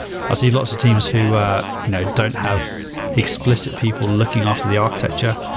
ah see lots of teams who you know don't have explicit people looking after the architecture,